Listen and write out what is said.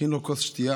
הכין לו כוס שתייה